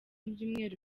byumweru